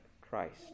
Christ